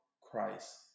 Christ